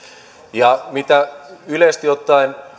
ja mitä yleisesti ottaen